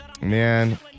Man